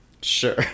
Sure